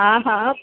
हा हा